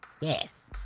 Yes